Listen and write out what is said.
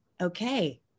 okay